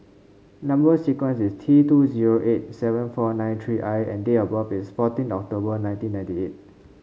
number sequence is T two zero eight seven four nine three I and date of birth is fourteen October nineteen ninety eight